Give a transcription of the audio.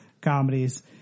comedies